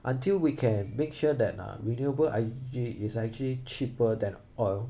until we can make sure that uh renewable energy is actually cheaper than oil